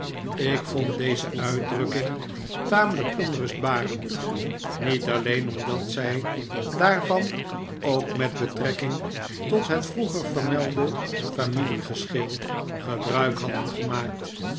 ik vond deze uitdrukking tamelijk onrustbarend niet alleen omdat zij daarvan ook met betrekking tot het vroeger vermelde familie geschil gebruik hadden gemaakt